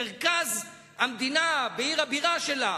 מרכז המדינה ועיר הבירה שלה,